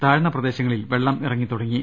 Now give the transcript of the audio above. താഴ്ന്ന പ്രദേശങ്ങ ളിൽ വെള്ളം ഇറങ്ങി തുടങ്ങി